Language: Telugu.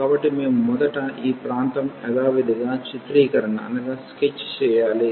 కాబట్టి మేము మొదట ఈ ప్రాంతాన్ని యధావిధిగా చిత్రీకరణ చేయాలి